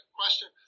question